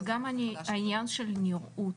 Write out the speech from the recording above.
וגם העניין של נראות.